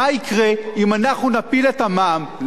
מה יקרה אם אנחנו נפיל את המע"מ,